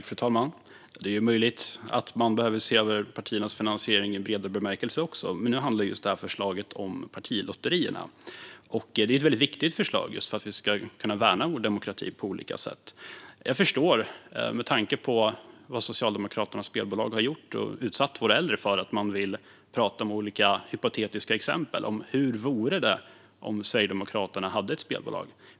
Fru talman! Det är möjligt att man också behöver se över partiernas finansiering i bredare bemärkelse, men nu handlar just det här förslaget om partilotterierna. Det är ett väldigt viktigt förslag för att vi ska kunna värna vår demokrati på olika sätt. Jag förstår, med tanke på vad Socialdemokraternas spelbolag har gjort och utsatt våra äldre för, att ni vill prata om olika hypotetiska exempel: Hur vore det om Sverigedemokraterna hade ett spelbolag?